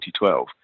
2012